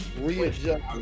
readjust